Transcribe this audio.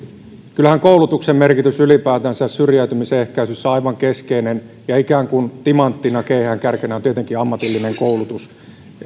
kyllähän koulutuksen merkitys ylipäätänsä syrjäytymisen ehkäisyssä on aivan keskeinen ja ikään kuin timanttina keihäänkärkenä on tietenkin ammatillinen koulutus